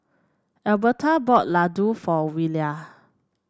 Albertha bought Ladoo for Willia